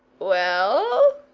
well?